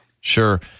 Sure